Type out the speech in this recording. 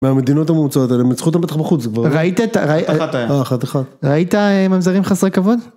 מהמדינות המומצאות האלה, הם ניצחו אותם בטח בחוץ... ראית, ראית ממזרים חסרי כבוד?